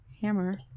hammer